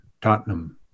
Tottenham